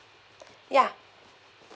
ya